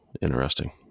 interesting